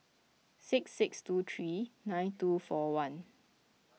six six two three nine two four one